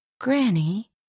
Granny